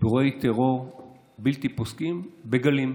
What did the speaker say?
באירועי טרור בלתי פוסקים, בגלים.